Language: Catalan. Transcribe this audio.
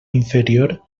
inferior